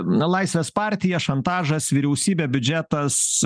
na laisvės partija šantažas vyriausybė biudžetas